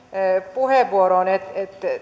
puheenvuoroon että